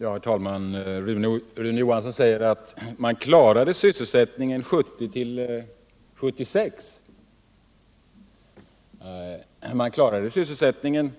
Herr talman! Rune Johansson i Ljungby säger att man klarade sysselsättningen 1970-1976. Man klarade sysselsättningen.